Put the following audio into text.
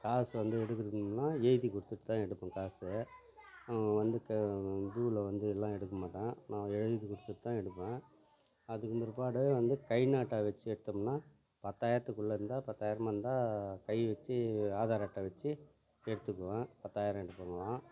காசு வந்து எடுக்கிறதுக்கு நின்றா எழுதி கொடுத்துட்டு தான் எடுப்போம் காசை வந்து க குயிவில் வந்துலாம் எடுக்கமாட்டேன் நான் எழுதி கொடுத்து தான் எடுப்பேன் அதுக்கும் பிற்பாடு வந்து கைநாட்டா வச்சி எடுத்தோம்னா பத்தாயிரத்துக்குள்ளே இருந்தால் பத்தாயிரமாக இருந்தால் கை வச்சி ஆதார் அட்டை வச்சி எடுத்துக்குவேன் பத்தாயிரம் எடுத்துக்கலாம்